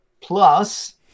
Plus